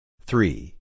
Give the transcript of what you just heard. Three